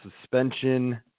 suspension